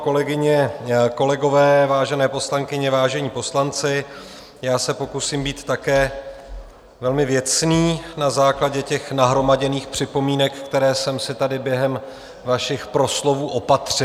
Kolegyně, kolegové, vážené poslankyně, vážení poslanci, já se pokusím být také velmi věcný na základě nahromaděných připomínek, které jsem si tady během vašich proslovů opatřil.